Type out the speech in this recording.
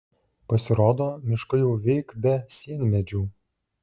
pasirodo miškai jau veik be sienmedžių